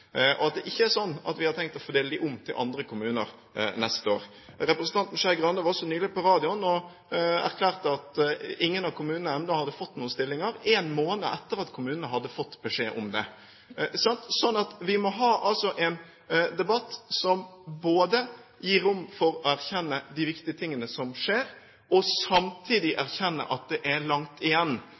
og at det ikke er sånn at vi har tenkt å fordele dem om til andre kommuner neste år. Representanten Skei Grande var også nylig på radioen og erklærte at ingen av kommunene ennå hadde fått noen stillinger, én måned etter at kommunene hadde fått beskjed om det. Vi må ha en debatt som både gir rom for å erkjenne de viktige tingene som skjer, og samtidig erkjenne at det er langt igjen.